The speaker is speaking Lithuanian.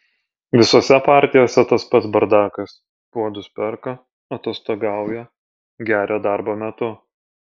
visose partijose tas pats bardakas puodus perka atostogauja geria darbo metu